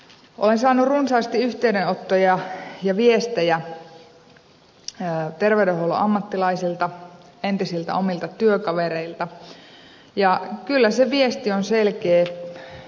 olen saanut runsaasti yhteydenottoja ja viestejä terveydenhuollon ammattilaisilta entisiltä omilta työkavereilta ja kyllä se viesti on selkeä